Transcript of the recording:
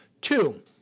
Two